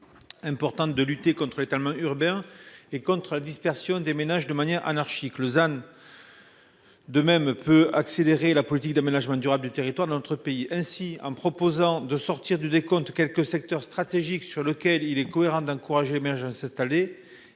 Importante de lutter contre l'étalement urbain et contre la dispersion des ménages de manière anarchique, Lausanne. De même, peut accélérer la politique d'aménagement durable du territoire de notre pays. Ainsi, en proposant de sortir du décompte quelques secteurs stratégiques sur lequel il est cohérente d'encourager l'émergence. Et une